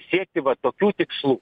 siekti va tokių tikslų